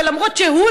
ולמרות שהוא,